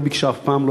לא ביקשה אף פעם,